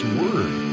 word